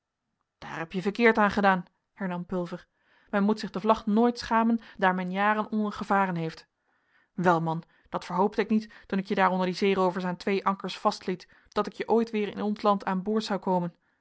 daar heb je verkeerd aangedaan hernam pulver men moet zich de vlag nooit schamen daar men jaren onder gevaren heeft wel man dat verhoopte ik niet toen ik je daar onder die zeeroovers aan twee ankers vastliet dat ik je ooit weer in ons land aan boord zou komen